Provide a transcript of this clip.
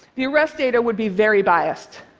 the arrest data would be very biased.